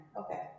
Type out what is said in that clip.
Okay